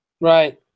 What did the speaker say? Right